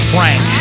Frank